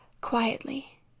Quietly